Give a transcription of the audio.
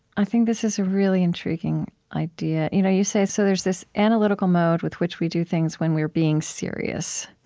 i think this is a really intriguing idea. you know you say so there's this analytical mode with which we do things when we're being serious,